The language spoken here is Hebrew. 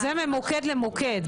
זה ממוקד למוקד,